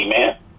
Amen